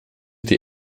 die